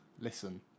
listen